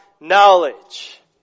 knowledge